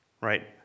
right